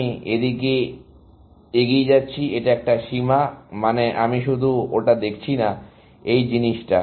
আমি এদিকে এগিয়ে যাচ্ছি এটা একটা সীমা মানে আমি শুধু ওটা দেখছি না এই জিনিসটা